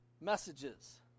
messages